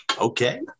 Okay